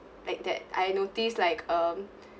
like that I noticed like um